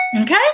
Okay